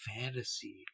fantasy